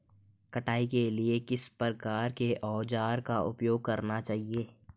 कटाई के लिए किस प्रकार के औज़ारों का उपयोग करना चाहिए?